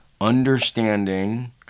understanding